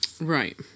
Right